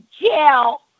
jail